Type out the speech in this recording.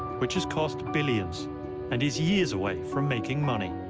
which has cost billions and is years away from making money.